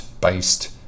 based